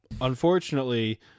unfortunately